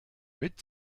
mit